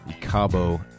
cabo